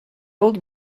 old